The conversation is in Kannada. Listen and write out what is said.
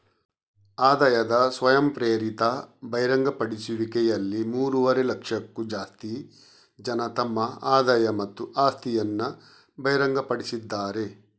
ಆದಾಯದ ಸ್ವಯಂಪ್ರೇರಿತ ಬಹಿರಂಗಪಡಿಸುವಿಕೆಯಲ್ಲಿ ಮೂರುವರೆ ಲಕ್ಷಕ್ಕೂ ಜಾಸ್ತಿ ಜನ ತಮ್ಮ ಆದಾಯ ಮತ್ತು ಆಸ್ತಿಯನ್ನ ಬಹಿರಂಗಪಡಿಸಿದ್ದಾರೆ